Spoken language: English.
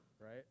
right